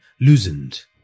loosened